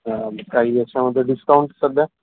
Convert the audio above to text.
काही याच्यामध्ये डिस्काउंट सध्या